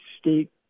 state